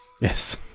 Yes